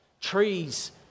Trees